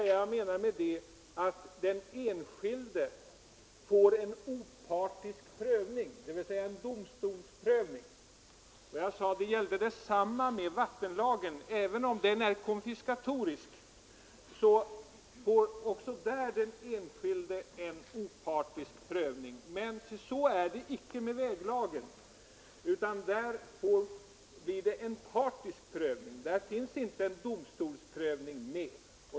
Jag menade med det att den enskilde får en opartisk prövning, dvs. en domstolsprövning. Och jag sade att detsamma gällde vattenlagen. Även om den är konfiskatorisk får också där den enskilde en opartisk prövning. Men så är det inte med väglagen. Där blir det en partisk prövning, där finns det inte domstolsprövning.